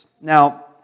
Now